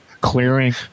Clearing